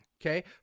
Okay